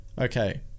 okay